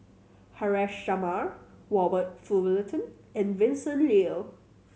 Haresh Sharma Robert Fullerton and Vincent Leow